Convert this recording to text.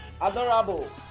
Adorable